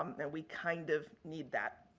um and, we kind of need that.